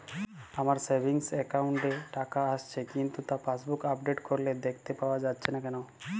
আমার savings account এ টাকা আসছে কিন্তু তা পাসবুক আপডেট করলে দেখতে পাওয়া যাচ্ছে না কেন?